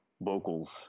vocals